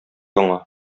аңа